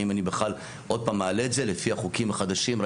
האם אני בכלל עוד פעם מעלה את זה לפי החוקים החדשים?